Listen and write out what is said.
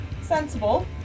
sensible